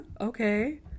Okay